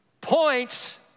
points